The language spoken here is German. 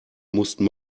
mussten